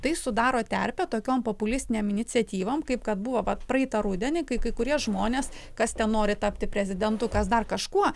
tai sudaro terpę tokiom populistinėm iniciatyvom kaip kad buvo vat praeitą rudenį kai kai kurie žmonės kas ten nori tapti prezidentu kas dar kažkuo